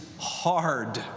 hard